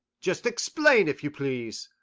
just explain, if you please.